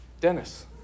Dennis